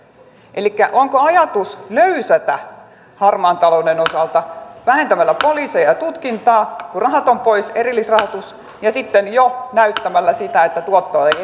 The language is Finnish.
elikkä onko ajatus löysätä harmaan talouden osalta vähentämällä poliiseja ja tutkintaa kun erillisrahoitus on pois ja sitten jo näyttämällä sitä että tuottoa ei